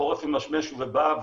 החורף ממשמש ובא,